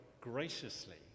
graciously